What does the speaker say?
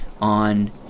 on